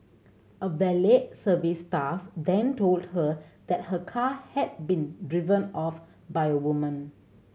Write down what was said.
a valet service staff then told her that her car had been driven off by a woman